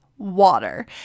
Water